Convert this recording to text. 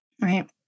Right